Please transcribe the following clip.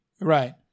Right